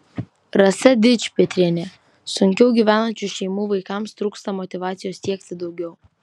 rasa dičpetrienė sunkiau gyvenančių šeimų vaikams trūksta motyvacijos siekti daugiau